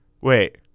wait